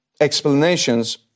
explanations